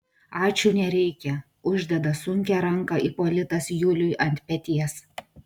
ačiū nereikia uždeda sunkią ranką ipolitas juliui ant peties